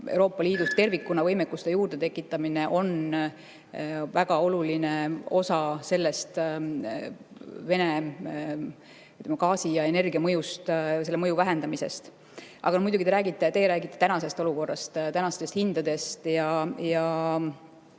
Euroopa Liidus tervikuna võimekuste juurdetekitamine on väga oluline osa Venemaa gaasi ja energia mõju vähendamisest. Aga muidugi teie räägite tänasest olukorrast, tänastest hindadest.